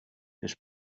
his